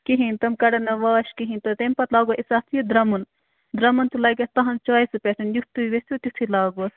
کِہیٖنۍ تِم کَڑَن نہٕ واش کِہیٖنۍ تہٕ تَمہِ پتہٕ لاگو أسۍ اَتھ یہِ درٛمُن درٛمُن تہِ لَگہِ اَتھ تُہُنٛد چایسہِ پٮ۪ٹھ یُتھ تُہۍ ویٚژھِو تیُتھُے لاگوس